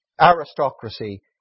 Aristocracy